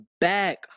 back